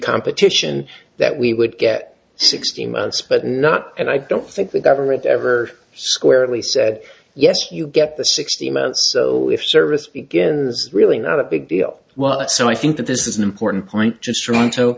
reconstitution that we would get sixty months but not that i don't think the government ever squarely said yes you get the sixty minutes so if service begins really not a big deal well so i think that this is an important point just wrong so